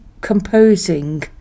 composing